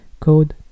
Code